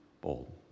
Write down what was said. bold